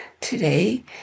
Today